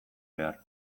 behar